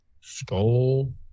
Skull